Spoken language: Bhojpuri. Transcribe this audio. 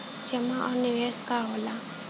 जमा और निवेश का होला?